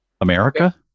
america